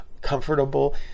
comfortable